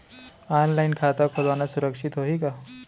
Online खाता खोलना सुरक्षित होही का?